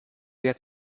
der